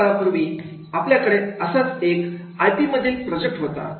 खूप काळापूर्वी माझ्याकडे असाच एक आयपी मधील प्रोजेक्ट होता